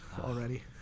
already